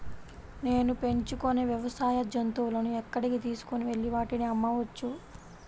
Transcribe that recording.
నేను పెంచుకొనే వ్యవసాయ జంతువులను ఎక్కడికి తీసుకొనివెళ్ళి వాటిని అమ్మవచ్చు?